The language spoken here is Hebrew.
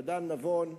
אדם נבון.